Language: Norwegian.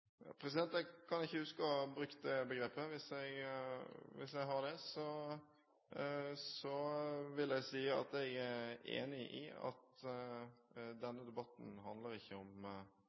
familier»? Jeg kan ikke huske å ha brukt det begrepet. Hvis jeg har det, vil jeg si at jeg er enig i at denne debatten ikke handler om